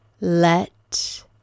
Let